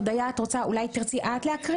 הודיה, תרצי להקריא?